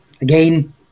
again